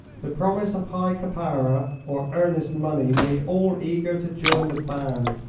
the promise of high caparra or earnest money made all eager to join the band,